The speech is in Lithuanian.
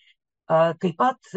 a taip pat